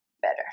better